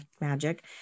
magic